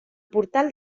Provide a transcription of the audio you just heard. portal